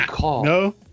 no